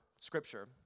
scripture